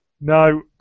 No